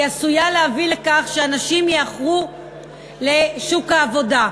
אנשים עשויים לאחר לעבודה.